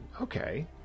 okay